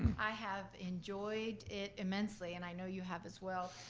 i have enjoyed it immensely and i know you have as well.